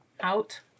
out